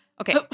Okay